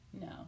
No